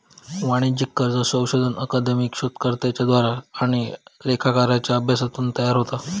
वाणिज्यिक कर्ज संशोधन अकादमिक शोधकर्त्यांच्या द्वारा आणि लेखाकारांच्या अभ्यासातून तयार होता